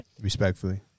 Respectfully